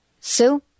Sue